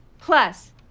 Plus